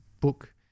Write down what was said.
book